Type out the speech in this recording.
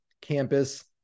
campus